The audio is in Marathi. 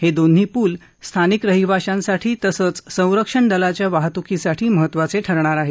हे दोन्ही पूल स्थानिक रहिवाशांसाठी तसंच संरक्षण दलांच्या वाहतुकीसाठी महत्वाचे ठरणार आहेत